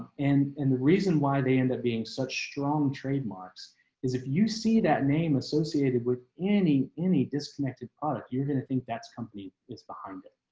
and and the reason why they end up being such strong trademarks is if you see that name associated with any any disconnected product you're going to think that's company is behind it.